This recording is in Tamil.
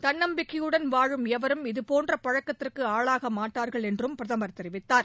தன்னம்பிக்கையுடன் வாழும் எவரும் இதுபோன்ற பழக்கத்திற்கு ஆளாகமாட்டார்கள் என்று பிரதமர் தெரிவித்தார்